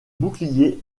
bouclier